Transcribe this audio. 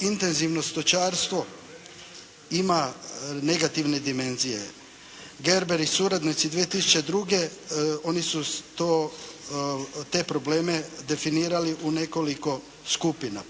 intenzivno stočarstvo ima negativne dimenzije. Gerber i suradnici 2002., oni su te probleme definirali u nekoliko skupina.